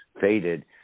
faded